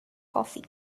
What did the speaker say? coffee